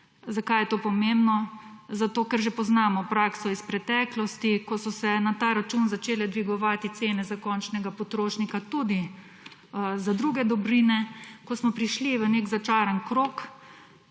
Zakaj je to pomembno? Zato ker že poznamo prakso iz preteklosti, ko so se na ta račun začele dvigovati cene za končnega potrošnika tudi za druge dobrine. Ko smo prišli v nek začaran krog,